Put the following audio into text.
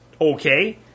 Okay